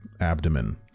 abdomen